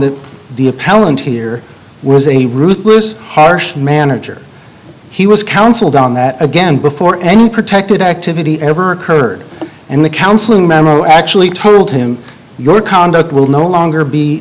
that the appellant here was a ruthless harsh manager he was counseled on that again before any protected activity ever occurred and the counseling memo actually told him your conduct will no longer be